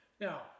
Now